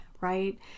right